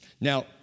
Now